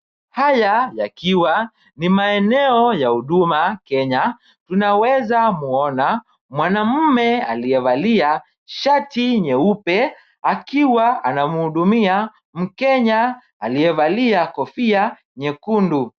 Haya yakiwa ni maeneo ya Huduma Kenya, tunaweza muona mwanaume aliyevalia shati nyeupe akiwa anamhudumia mkenya aliyevalia kofia nyekundu.